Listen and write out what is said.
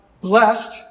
blessed